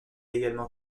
également